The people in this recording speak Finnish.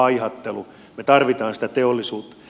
me tarvitsemme sitä teollisuutta